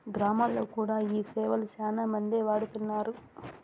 గ్రామాల్లో కూడా ఈ సేవలు శ్యానా మందే వాడుతున్నారు